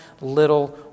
little